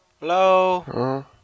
Hello